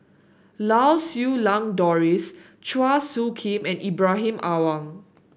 Lau Siew Lang Doris Chua Soo Khim and Ibrahim Awang